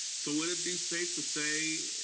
so would it be safe to say,